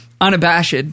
Unabashed